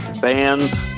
bands